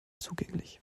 zugänglich